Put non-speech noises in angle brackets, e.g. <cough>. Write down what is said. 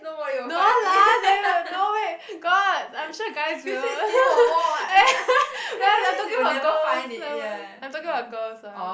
no lah they would no wait god I'm sure guys will <laughs> we are like talking about girls somemore I'm talking about girls ah